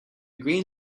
green